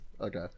Okay